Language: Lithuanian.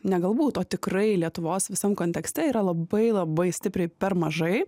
ne galbūt o tikrai lietuvos visam kontekste yra labai labai stipriai per mažai